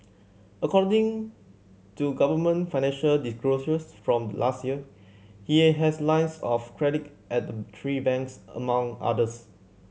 according to government financial disclosures from last year he has lines of credit at the three banks among others